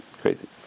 Crazy